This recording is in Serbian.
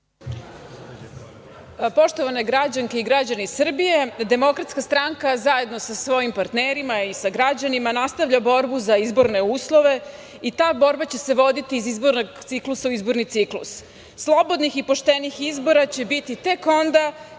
Poštovane građanke i građani Srbije, DS zajedno sa svojim partnerima i sa građanima nastavlja borbu za izborne uslove i ta borba će se voditi iz izbornog ciklusa u izborni ciklus. Slobodnih i poštenih izbora će biti tek onda